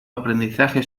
aprendizaje